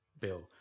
bill